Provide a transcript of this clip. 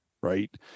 Right